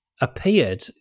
appeared